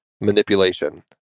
manipulation